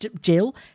Jill